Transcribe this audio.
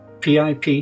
PIP